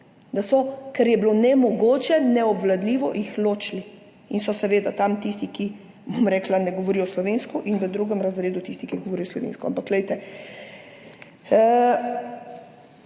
da so jih, ker je bilo nemogoče, neobvladljivo, ločili. In so seveda tam tisti, ki, bom rekla, ne govorijo slovensko, in v drugem razredu tisti, ki govorijo slovensko. Govorimo,